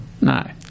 No